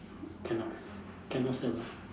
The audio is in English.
cannot cannot survive